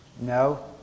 No